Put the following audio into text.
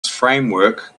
framework